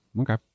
Okay